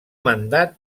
mandat